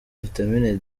vitamine